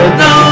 no